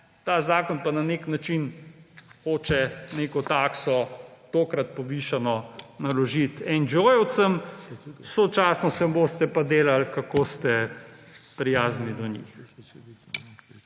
Ta zakon pa na nek način hoče neko tokrat povišano takso naložiti NGO-jem, sočasno se boste pa delali, kako ste prijazni do njih.